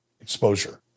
exposure